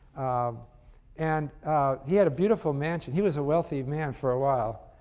um and he had a beautiful mansion he was a wealthy man for a while,